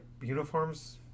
uniforms